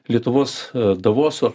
lietuvos a davoso